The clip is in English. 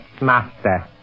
master